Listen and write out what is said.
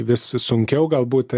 vis s sunkiau galbūt